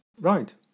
Right